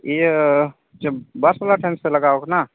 ᱤᱭᱟᱹ ᱪᱮ ᱵᱟᱥ ᱵᱟᱞᱟ ᱴᱷᱮᱱ ᱥᱮ ᱞᱟᱜᱟᱣ ᱟᱠᱟᱱᱟ